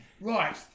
Right